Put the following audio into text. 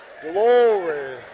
glory